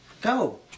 Go